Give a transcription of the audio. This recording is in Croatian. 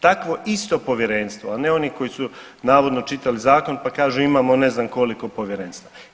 Takvo isto povjerenstvo, a ne oni koji su navodno čitali zakon, pa kažu imamo ne znam koliko povjerenstava.